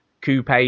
coupe